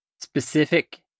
specific